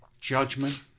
judgment